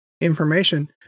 information